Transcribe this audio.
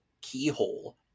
keyhole